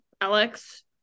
alex